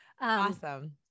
awesome